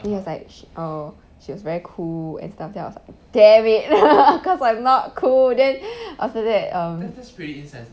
he was like err she was very cool and stuff then I was like damn it cause I'm not cool then after that um